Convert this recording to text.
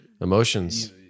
emotions